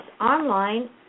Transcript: online